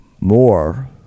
more